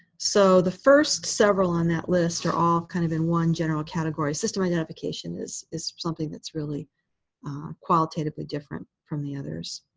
so the first several on that list are all kind of in one general category. system identification is is something that's really qualitatively different from the others.